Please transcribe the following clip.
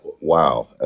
wow